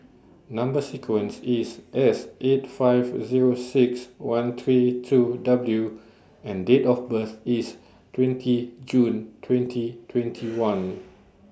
Number sequence IS S eight five Zero six one three two W and Date of birth IS twenty June twenty twenty one